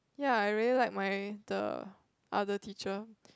ya I really like my the other teacher